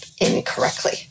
incorrectly